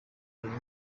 yari